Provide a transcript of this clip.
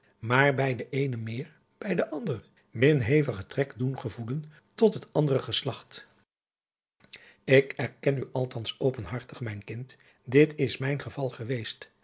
maar bij de eene meer bij de andere min hevigen trek doen gevoelen tot het andere geslacht ik erken u althans openhartig mijn kind dit is mijn geval geweest